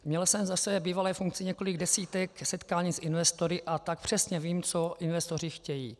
Měl jsem ve své bývalé funkci několik desítek setkání s investory, a tak přesně vím, co investoři chtějí.